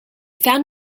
found